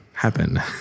Happen